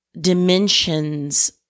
dimensions